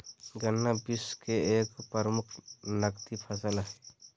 गन्ना विश्व के एगो प्रमुख नकदी फसल हइ